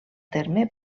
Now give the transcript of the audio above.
terme